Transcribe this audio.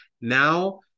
Now